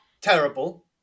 terrible